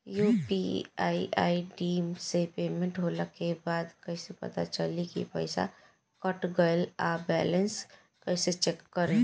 UPI ID से payment होला के बाद कइसे पता चली की पईसा कट गएल आ बैलेंस कइसे चेक करम?